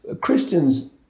Christians